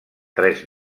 tres